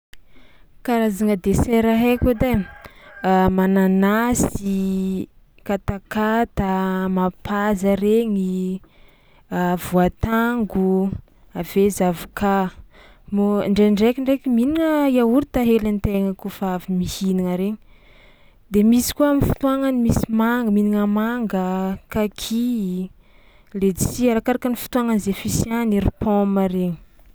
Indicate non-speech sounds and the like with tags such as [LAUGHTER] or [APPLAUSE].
Karazagna desera haiko edy ai [NOISE] [HESITATION] mananasy, katakata, mapaza regny, [HESITATION] voatango avy eo zavoka, mo- ndraindraiky ndraiky mihinagna yaourt hely an-tegna kofa avy mihinagna regny de misy koa am'fotoagnany misy ma- mihinagna manga, kaki, ledsi, arakaraka ny fotoagna zay fisiàny, ery paoma regny.